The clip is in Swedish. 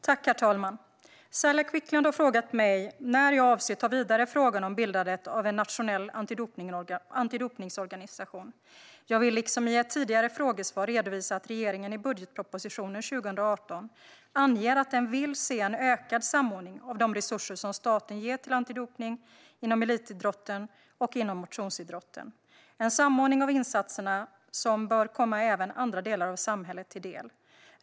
Herr talman! Saila Quicklund har frågat mig när jag avser att ta frågan om bildandet av en nationell antidopningsorganisation vidare. Jag vill, liksom i ett tidigare frågesvar, redovisa att regeringen i budgetpropositionen för 2018 anger att vi vill se en ökad samordning av de resurser som staten ger till antidopning inom elitidrotten och inom motionsidrotten. Det är en samordning av insatserna som bör komma även andra delar av samhället till del.